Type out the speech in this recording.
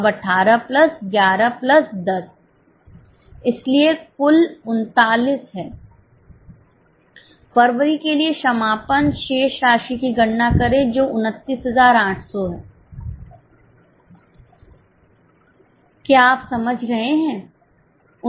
अब 18 plus 11 plus 10 इसलिए कुल 39 है फरवरी के लिए समापन शेष राशि की गणना करें जो 29800 है क्या आप समझ रहे हैं